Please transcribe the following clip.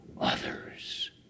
others